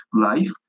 life